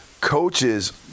coaches